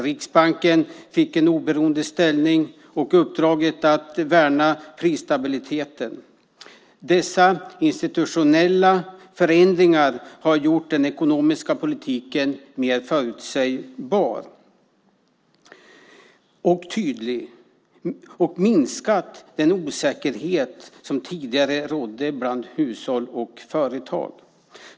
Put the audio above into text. Riksbanken fick en oberoende ställning och uppdraget att värna prisstabiliteten. Dessa institutionella förändringar har gjort den ekonomiska politiken mer förutsägbar och tydlig och minskat den osäkerhet som tidigare rådde bland hushåll och företag.